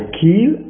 kill